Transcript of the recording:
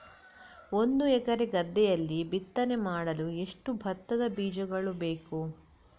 ಒಂದು ಎಕರೆ ಗದ್ದೆಯಲ್ಲಿ ಬಿತ್ತನೆ ಮಾಡಲು ಎಷ್ಟು ಭತ್ತದ ಬೀಜಗಳು ಬೇಕು?